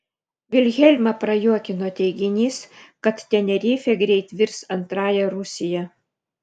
vilhelmą prajuokino teiginys kad tenerifė greit virs antrąja rusija